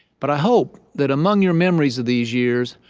but i hope that among your memories of these years,